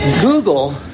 Google